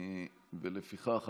מכאן אנחנו